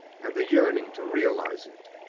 and the yearning to realise it,